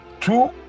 two